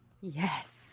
yes